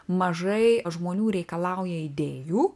mažai žmonių reikalauja idėjų